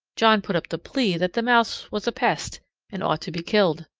john put up the plea that the mouse was a pest and ought to be killed.